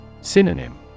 Synonym